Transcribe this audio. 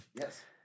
Yes